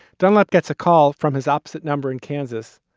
dunlap gets a call from his opposite number in kansas,